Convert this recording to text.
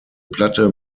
platte